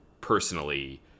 personally